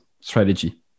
strategy